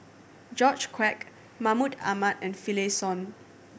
George Quek Mahmud Ahmad and Finlayson